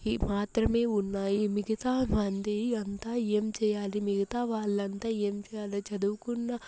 ఈ మాత్రమే ఉన్నాయి మిగితా మంది అంతా ఏం చేయాలి మిగితా వాళ్లంతా ఏం చేయాలి చదువుకున్నా